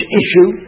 issue